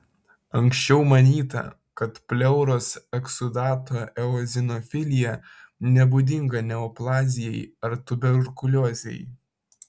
anksčiau manyta kad pleuros eksudato eozinofilija nebūdinga neoplazijai ar tuberkuliozei